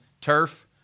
turf